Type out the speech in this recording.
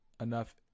enough